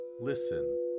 listen